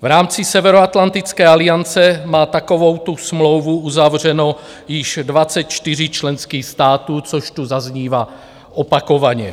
V rámci Severoatlantické aliance má takovouto smlouvu uzavřeno již 24 členských států, což tu zaznívá opakovaně.